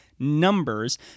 numbers